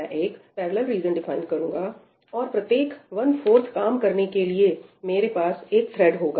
मैं एक parallel region define करूंगा और प्रत्येक वन फोर्थ काम करने के लिए मेरे पास एक थ्रेड् होगा